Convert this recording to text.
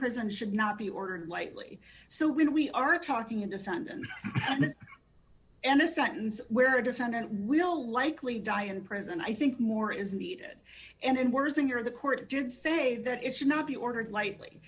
present should not be ordered lightly so when we are talking a defendant in a sentence where a defendant will likely die in prison i think more is needed and worse than your the court did say that it should not be ordered lightly